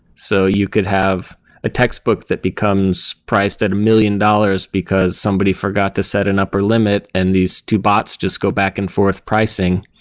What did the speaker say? so you could have a textbook that becomes priced at one million dollars because somebody forgot to set an upper limit, and these two bots just go back-and-forth pricing.